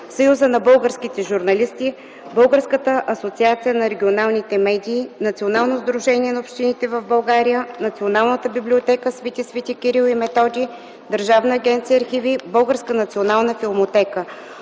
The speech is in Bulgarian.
Съюза на българските журналисти, Българската асоциация на регионалните медии, Националното сдружение на общините в България, Националната библиотека „Св. св. Кирил и Методий”, Държавна агенция „Архиви”, Българската национална филмотека.